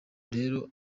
rero